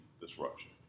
disruption